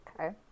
Okay